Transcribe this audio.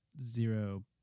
zero